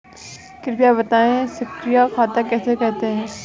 कृपया बताएँ सक्रिय खाता किसे कहते हैं?